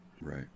Right